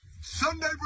Sunday